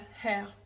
hair